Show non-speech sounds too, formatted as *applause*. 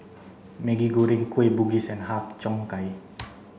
Maggi Goreng Kueh Bugis and Har Cheong Gai *noise*